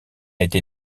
été